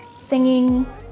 singing